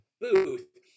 booth